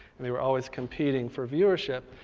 and they were always competing for viewership.